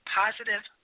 positive